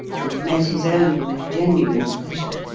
and met his own with genuine pleasure.